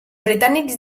britànics